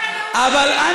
תן לו לסיים.